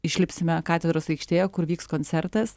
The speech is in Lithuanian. išlipsime katedros aikštėje kur vyks koncertas